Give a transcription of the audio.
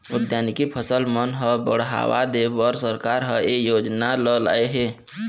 उद्यानिकी फसल मन ह बड़हावा देबर सरकार ह ए योजना ल लाए हे